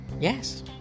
Yes